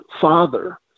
father